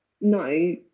no